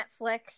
Netflix